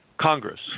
Congress